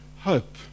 hope